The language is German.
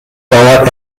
dauert